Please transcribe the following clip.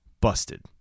busted